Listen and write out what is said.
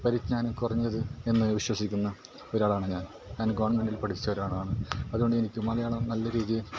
പരിജ്ഞാനം കുറഞ്ഞത് എന്ന് വിശ്വസിക്കുന്ന ഒരാളാണ് ഞാൻ ഞാൻ ഗവൺമെൻറ്റിൽ പഠിച്ചൊരാളാണ് അതുകൊണ്ട് എനിക്ക് മലയാളം നല്ല രീതിയിൽ